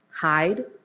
Hide